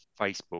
Facebook